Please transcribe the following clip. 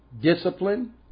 discipline